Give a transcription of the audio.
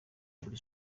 muri